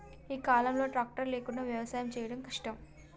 ఈ కాలం లో ట్రాక్టర్ లేకుండా వ్యవసాయం చేయడం కష్టం